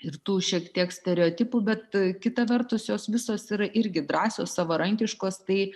ir tų šiek tiek stereotipų bet kita vertus jos visos yra irgi drąsios savarankiškos tai